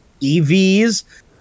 evs